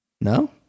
No